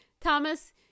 thomas